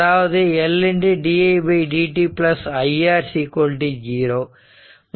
அதாவது L di dt i R 0